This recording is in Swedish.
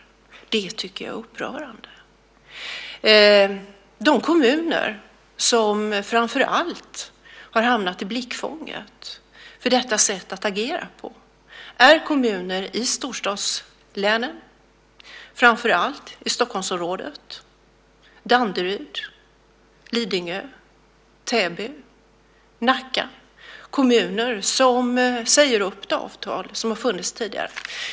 Det tycker jag är upprörande. De kommuner som framför allt har hamnat i blickfånget för detta sätt att agera är kommuner i storstadslänen, framför allt i Stockholmsområdet - Danderyd, Lidingö, Täby och Nacka - kommuner som säger upp avtal som har funnits tidigare.